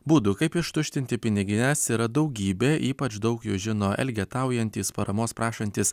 būdų kaip ištuštinti pinigines yra daugybė ypač daug jų žino elgetaujantys paramos prašantys